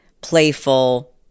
playful